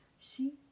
See